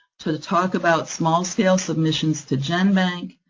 to talk about small-scale submissions to genbank,